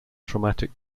traumatic